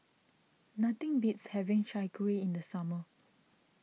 nothing beats having Chai Kuih in the summer